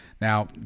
now